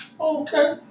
Okay